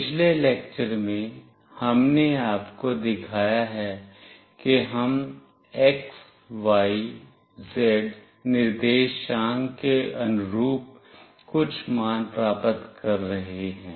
पिछले लेक्चर में हमने आपको दिखाया है कि हम x y z निर्देशांक के अनुरूप कुछ मान प्राप्त कर रहे हैं